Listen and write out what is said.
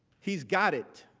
he's got it.